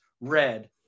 red